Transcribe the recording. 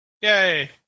Yay